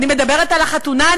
אני מדברת על החתונה.